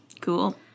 Cool